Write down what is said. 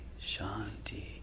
shanti